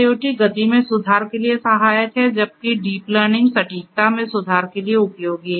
IIoT गति में सुधार के लिए सहायक है जबकि डीप लर्निंग सटीकता में सुधार के लिए उपयोगी है